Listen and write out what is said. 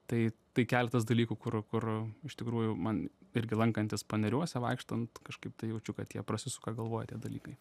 tai tai keletas dalykų kur kur iš tikrųjų man irgi lankantis paneriuose vaikštant kažkaip tai jaučiu kad jie prasisuka galvoj tie dalykai